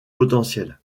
potentiels